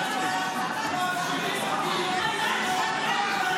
תוציא אותה קודם כול.